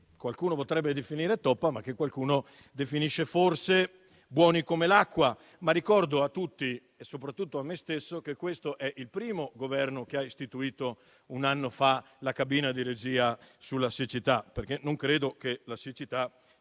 qualcuno potrebbe definire toppa, ma che qualcuno definisce forse buoni come l'acqua. Ricordo a tutti e soprattutto a me stesso che questo è il primo Governo che ha istituito un anno fa la cabina di regia sulla siccità. Non credo che la siccità